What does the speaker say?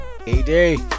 AD